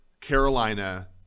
Carolina